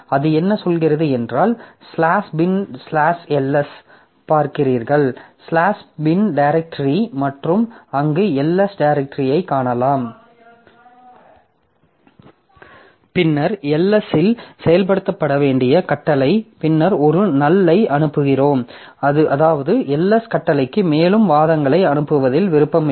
அது என்ன சொல்கிறது என்றால் ஸ்லாஷ் பின் ஸ்லாஷ் ls பார்க்கிறீர்கள் ஸ்லாஷ் பின் டிரேக்டரி மற்றும் அங்கு ls டிரேக்டரி ஐ காணலாம் பின்னர் ls இல் செயல்படுத்தப்பட வேண்டிய கட்டளை பின்னர் ஒரு NULL ஐ அனுப்புகிறோம் அதாவது ls கட்டளைக்கு மேலும் வாதங்களை அனுப்புவதில் விருப்பமில்லை